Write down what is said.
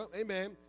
amen